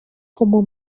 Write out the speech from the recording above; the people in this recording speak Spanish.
como